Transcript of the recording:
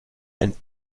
ein